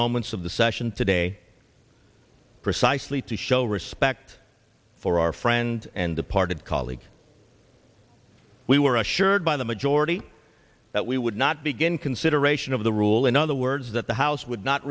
moments of the session today precisely to show respect for our friend and departed colleagues we were assured by the majority that we would not begin consideration of the rule in other words that the house